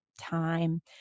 time